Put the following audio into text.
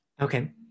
Okay